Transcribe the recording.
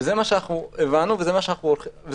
זה מה שהבנו וזה מה שאנחנו עושים.